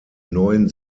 neuen